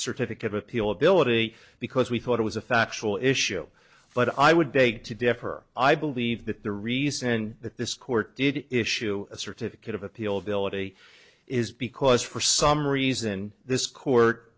certificate of appeal ability because we thought it was a factual issue but i would beg to differ i believe that the reason that this court did issue a certificate of appeal delivery is because for some reason this court